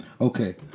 Okay